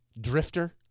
Drifter